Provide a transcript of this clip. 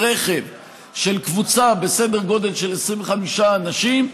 ברכב של קבוצה בסדר גודל של 25 אנשים,